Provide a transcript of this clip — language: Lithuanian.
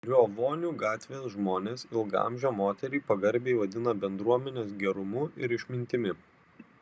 riovonių gatvės žmonės ilgaamžę moterį pagarbiai vadina bendruomenės gerumu ir išmintimi